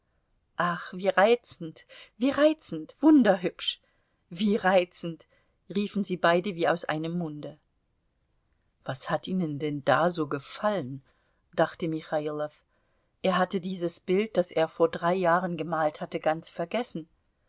ach wie reizend wie reizend wunderhübsch wie reizend riefen sie beide wie aus einem munde was hat ihnen denn da so gefallen dachte michailow er hatte dieses bild das er vor drei jahren gemalt hatte ganz vergessen